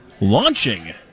Launching